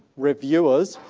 reviewers,